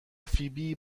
فیبی